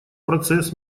процесс